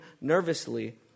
nervously